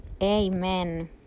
amen